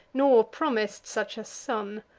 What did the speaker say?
nor promis'd such a son.